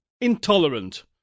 intolerant